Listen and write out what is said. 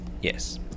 Yes